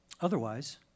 Otherwise